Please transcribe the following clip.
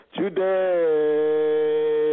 today